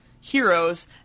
heroes